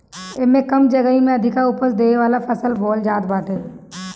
एमे कम जगही में अधिका उपज देवे वाला फसल बोअल जात बाटे